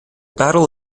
battle